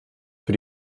für